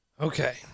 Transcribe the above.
Okay